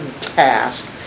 task